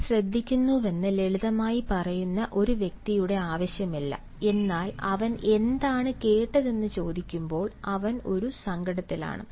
താൻ ശ്രദ്ധിക്കുന്നുവെന്ന് ലളിതമായി പറയുന്ന ഒരു വ്യക്തിയുടെ ആവശ്യമില്ല എന്നാൽ അവൻ എന്താണ് കേട്ടതെന്ന് ചോദിക്കുമ്പോൾ അവൻ ഒരു സങ്കടത്തിലാണ്